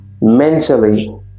mentally